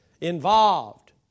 involved